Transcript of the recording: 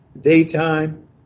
daytime